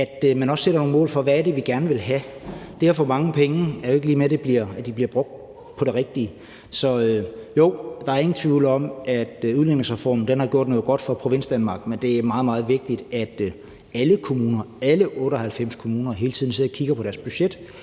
at man også sætter nogle mål for, hvad det er, vi gerne vil have. Det at få mange penge er jo ikke lig med, at de bliver brugt på det rigtige. Så jo, der er ingen tvivl om, at udligningsreformen har gjort noget godt for Provinsdanmark, men det er meget, meget vigtigt, at alle kommuner – alle 98 kommuner – hele tiden sidder og kigger på deres budget